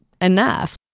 enough